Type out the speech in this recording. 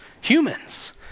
humans